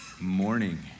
morning